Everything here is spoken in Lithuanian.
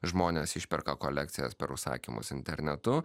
žmonės išperka kolekcijas per užsakymus internetu